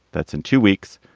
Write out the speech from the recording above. that's in two weeks.